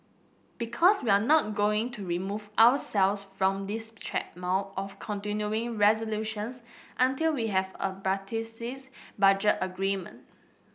because we're not going to remove ourselves from this treadmill of continuing resolutions until we have a budget agreement